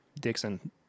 Dixon